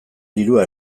dirua